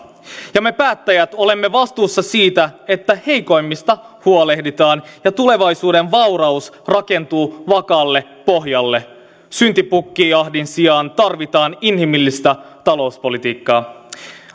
alkaa me päättäjät olemme vastuussa siitä että heikoimmista huolehditaan ja tulevaisuuden vauraus rakentuu vakaalle pohjalle syntipukkijahdin sijaan tarvitaan inhimillistä talouspolitiikkaa